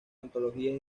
antologías